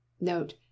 Note